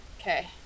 Okay